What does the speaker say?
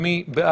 סעיף 3 מי בעד?